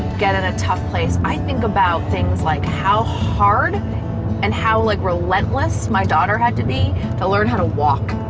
get in a tough place, i think about things like how hard and how like relentless my daughter had to be to learn how to walk,